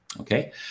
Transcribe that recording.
okay